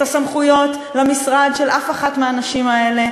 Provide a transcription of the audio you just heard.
הסמכויות למשרד של אף אחת מהנשים האלה.